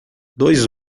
dois